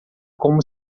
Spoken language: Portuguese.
como